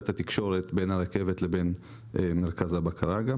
את התקשורת בין הרכבת לבין מרכז הבקרה.